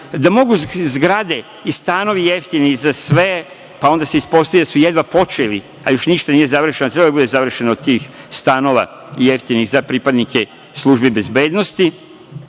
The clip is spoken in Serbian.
da mogu zgrade i stanovi jeftini za sve, pa onda se ispostavi da su jedva počeli, a još ništa nije završeno, a treba da bude završeno tih stanova jeftinih za pripadnike službe bezbednosti